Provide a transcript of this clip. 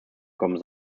gekommen